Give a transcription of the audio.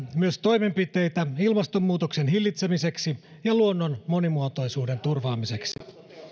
myös toimenpiteitä ilmastonmuutoksen hillitsemiseksi ja luonnon monimuotoisuuden turvaamiseksi